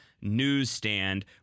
newsstand